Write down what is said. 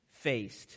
faced